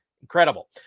Incredible